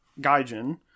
gaijin